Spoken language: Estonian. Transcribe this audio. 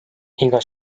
iga